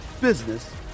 business